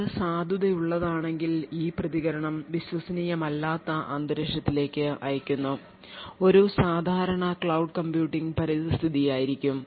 ഇത് സാധുതയുള്ളതാണെങ്കിൽ ഈ പ്രതികരണം വിശ്വസനീയമല്ലാത്ത അന്തരീക്ഷത്തിലേക്ക് അയയ്ക്കുന്നു ഇത് ഒരു സാധാരണ ക്ലൌഡ് കമ്പ്യൂട്ടിംഗ് പരിതസ്ഥിതിയായിരിക്കും